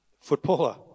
footballer